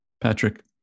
Patrick